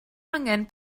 angen